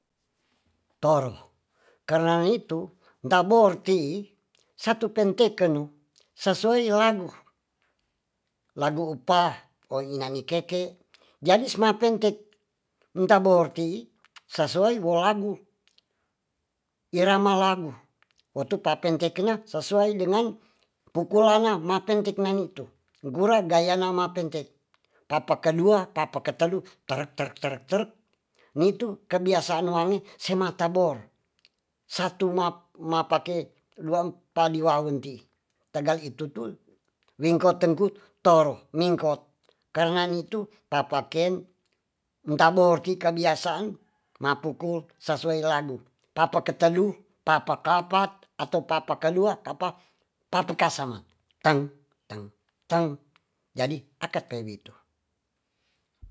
Torro kana'nitu taborti'i satu petengkenu sasuai lagu- pah oinahnikeke jadi smapentek enta bor ti'i sasuai wo lagu irama lagu otu'papen kengkenan sesuai dengan pukulana mateng ki'nani'tu gura gayana mapentek papakadua papakatadu tara'- tara'- ni'tu kabiasaan langi semata bor satu ma mapake duampaliwawu ti'i tagal itu ti'i wikongtekun toro ningkot karna ni'tu tapaken taborti kabiasaan mapukul sasuai lagu papakatadu pa'pa ka'pat ato papat kalua apa papekasena tang-tang- jadi akape wi'tu